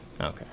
Okay